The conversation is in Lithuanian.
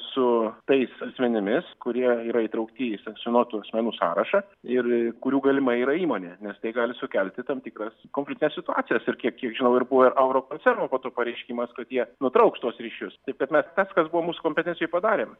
su tais asmenimis kurie yra įtraukti į sankcijonuotų asmenų sąrašą ir kurių galimai yra įmonė nes tai gali sukelti tam tikras konfliktines situacijas ir kiek kiek žinau ir buvo ir agrokoncerno po to pareiškimas kad jie nutrauks tuos ryšius taip kad mes tas kas kas buvo mūsų kompetencijoj padarėm